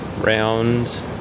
round